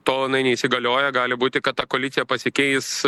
tol jinai neįsigalioja gali būti kad ta koalicija pasikeis